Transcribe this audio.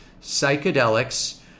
psychedelics